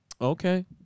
Okay